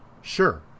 Sure